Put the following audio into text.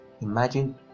imagine